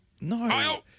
No